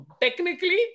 technically